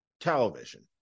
television